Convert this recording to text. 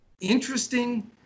interesting